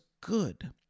good